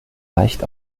leicht